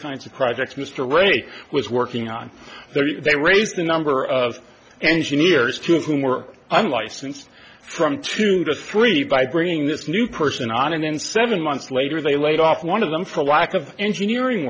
kinds of projects mr ray was working on they raised a number of engineers two of whom were unlicensed from tunis three by bringing this new person on and then seven months later they laid off one of them for a lack of engineering